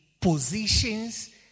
positions